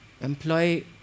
employ